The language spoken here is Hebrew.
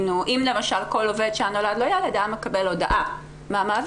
אם למשל כל עובד שהיה נולד לו ילד היה מקבל הודעה מהמעביד